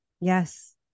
Yes